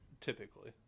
Typically